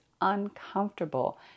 uncomfortable